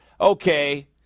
okay